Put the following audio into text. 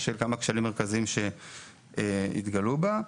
בשל כמה כשלים מרכזיים שהתגלו בה.